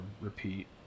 repeat